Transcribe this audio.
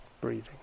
breathing